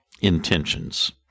intentions